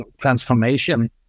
transformation